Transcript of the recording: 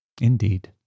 Indeed